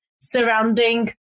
surrounding